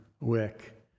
wick